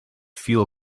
fuel